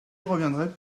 reviendrai